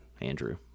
Andrew